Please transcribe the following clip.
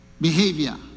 behavior